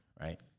right